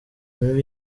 mibi